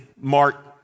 Mark